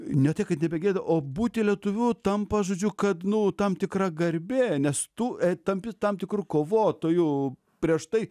ne tai kad nebegėda o būti lietuviu tampa žodžiu kad nu tam tikra garbė nes tu tampi tam tikru kovotoju prieš tai